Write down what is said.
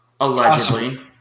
Allegedly